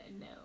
no